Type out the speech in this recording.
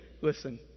listen